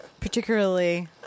particularly